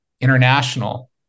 international